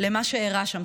למה שאירע שם,